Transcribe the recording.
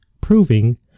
proving